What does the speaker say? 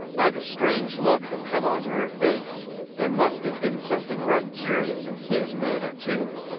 by the strange look that come onto her face there must of been something right curious in his manner too.